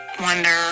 wonder